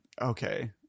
okay